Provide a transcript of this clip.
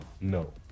No